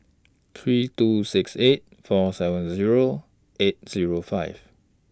three two six eight four seven Zero eight Zero five